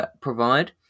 provide